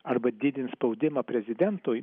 arba didins spaudimą prezidentui kad